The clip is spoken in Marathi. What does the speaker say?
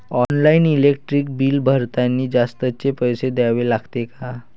ऑनलाईन इलेक्ट्रिक बिल भरतानी जास्तचे पैसे द्या लागते का?